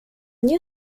new